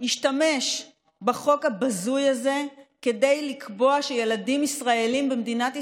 השתמש בחוק הבזוי הזה כדי לקבוע שילדים ישראלים במדינת ישראל,